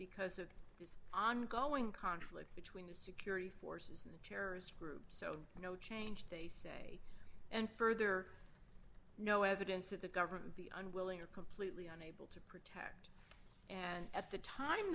because of this ongoing conflict between the security forces and a terrorist group so no change they say and further no evidence that the government the un willing to completely unable to protect and at the time